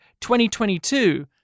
2022